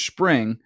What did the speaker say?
Spring